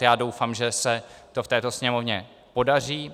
Já doufám, že se to v této Sněmovně podaří.